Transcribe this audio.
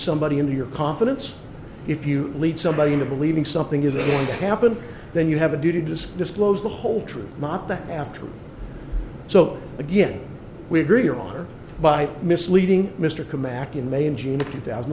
somebody into your confidence if you lead somebody into believing something is going to happen then you have a duty just disclose the whole truth not that after so again we agree your honor by misleading mr command in may in june two thousand